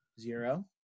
zero